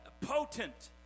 Potent